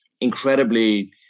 incredibly